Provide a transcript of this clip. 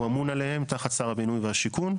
הוא אמון עליהן תחת שר הבינוי והשיכון,